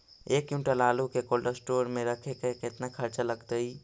एक क्विंटल आलू के कोल्ड अस्टोर मे रखे मे केतना खरचा लगतइ?